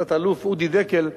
תת-אלוף אודי דקל,